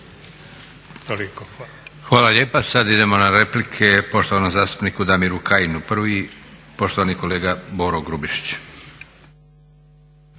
(SDP)** Hvala lijepa. Sad idemo na replike poštovanom zastupniku Damiru Kajinu. Prvi poštovani kolega Boro Grubišić.